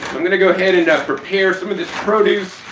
i'm going to go ahead and prepare some of this produce,